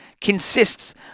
consists